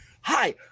hi